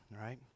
right